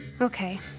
Okay